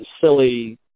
silly